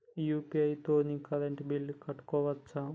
UPI తోని current bill కట్టుకోవచ్ఛా?